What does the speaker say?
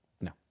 No